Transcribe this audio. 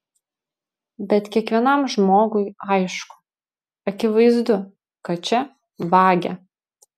bet kiekvienam žmogui aišku akivaizdu kad čia vagia